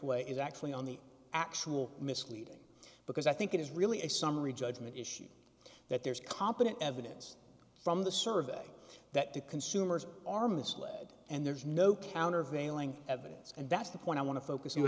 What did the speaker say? way is actually on the actual misleading because i think it is really a summary judgment issue that there's competent evidence from the survey that the consumers are misled and there's no countervailing evidence and that's the point i want to focus